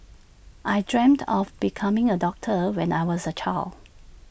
I dreamt of becoming A doctor when I was A child